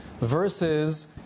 versus